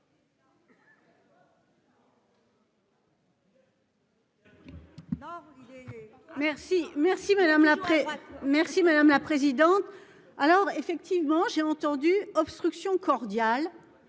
Merci madame la présidente. Alors effectivement, j'ai entendu obstruction cordial.